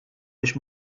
biex